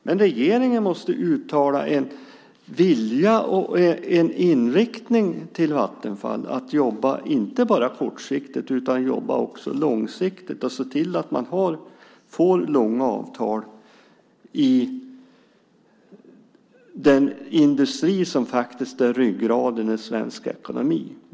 Men regeringen måste uttala en vilja och inriktning till Vattenfall att inte bara jobba kortsiktigt utan även långsiktigt och se till att man får långa avtal i den industri som faktiskt är ryggraden i svensk ekonomi.